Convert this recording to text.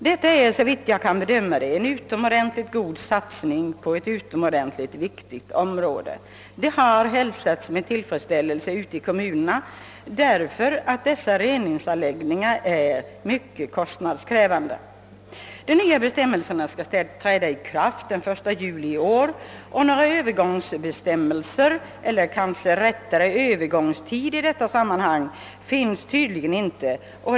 Detta är, såvitt jag förstår, en utomordentligt god satsning på ett utomordentligt viktigt område. Förslaget har hälsats med tillfredsställelse ute i kommunerna, då dessa reningsanläggningar är mycket kostnadskrävande. De nya bestämmelserna skall träda i kraft den 1 juli i år, och några Övergångsbestämmelser — eller rättare sagt någon övergångstid — finns tydligen inte i detta sammanhang.